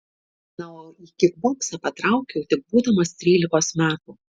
na o į kikboksą patraukiau tik būdamas trylikos metų